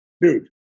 dude